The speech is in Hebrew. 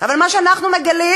אבל מה שאנחנו מגלים